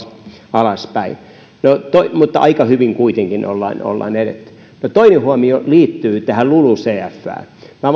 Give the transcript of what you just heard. alaspäin mutta aika hyvin kuitenkin ollaan edetty toinen huomio liittyy tähän lulucfään minä